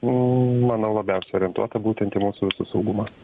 manau labiausiai orientuota būtent į mūsų visų saugumą